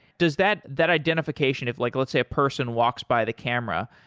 does that that identification of like, let's say, a person walks by the camera.